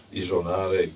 isolare